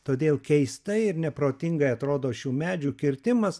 todėl keistai ir neprotingai atrodo šių medžių kirtimas